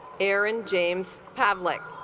aaron james pavlik